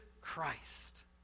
Christ